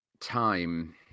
time